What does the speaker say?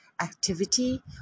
activity